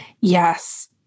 Yes